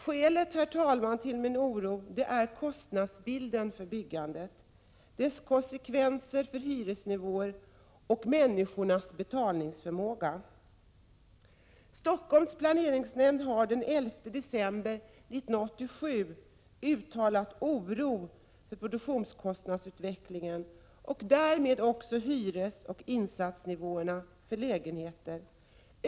Skälet, herr talman, till min oro är kostnadsbilden för byggandet, dess konsekvenser för hyresnivåerna och för människornas betalningsförmåga. Stockholms planeringsnämnd har den 11 december 1987 uttalat oro för produktionskostnadsutvecklingen och därmed också för hyresoch insatsni våer för lägenheter.